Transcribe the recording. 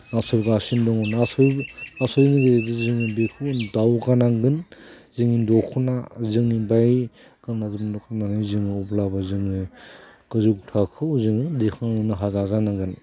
नासयगासिनो दङ नासय नासयनि गेजेरजों जों दावगानांगोन जोंनि दख'ना जोमनाय गाननाय जोमनायखौ जोमोब्लाबो जोङो गोजौ थाखोआव जोङो दैखांनो नाजानांगोन